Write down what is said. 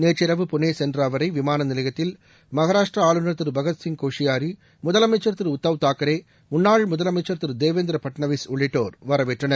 நேற்று இரவு புனே சென்ற அவரை விமான நிலையத்தில் மகாராஷ்டிரா ஆளுநர் திரு பகத்சிங் கோஷியாரி முதலமைச்சர் திரு உத்தவ் தாக்கரே முன்னாள் முதலமைச்சர் திரு தேவேந்திர பட்னாவிஸ் உள்ளிட்டோர் வரவேற்றனர்